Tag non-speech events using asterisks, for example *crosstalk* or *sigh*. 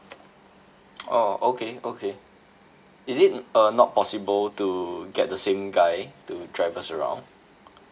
*noise* oh okay okay is it uh not possible to get the same guy to drive us around